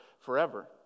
forever